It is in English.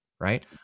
Right